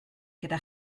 gyda